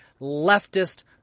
leftist